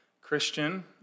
Christian